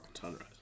sunrise